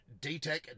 DTECH